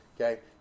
Okay